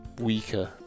weaker